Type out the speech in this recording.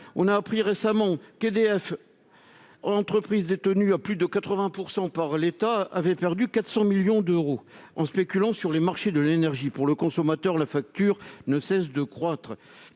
On a récemment appris qu'EDF, entreprise détenue à plus de 80 % par l'État, avait perdu 400 millions d'euros en spéculant sur les marchés de l'énergie. Pour le consommateur, la facture ne cesse de croître.